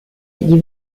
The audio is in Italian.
gli